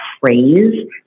phrase